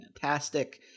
fantastic